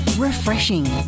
Refreshing